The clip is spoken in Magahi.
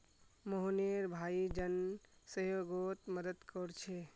मोहनेर भाई जन सह्योगोत मदद कोरछे